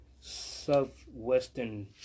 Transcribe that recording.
southwestern